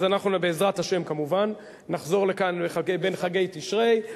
אז אנחנו בעזרת השם כמובן נחזור לכאן בין חגי תשרי,